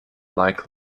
like